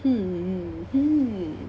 hmm hmm